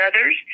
others